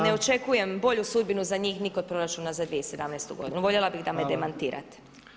Ne očekujem bolju sudbinu za njih ni kod proračuna za 2017. godinu, voljela bih da me demantirate.